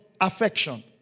affection